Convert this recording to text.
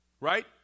Right